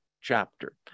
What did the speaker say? chapter